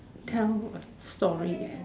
tell a story eh